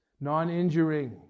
non-injuring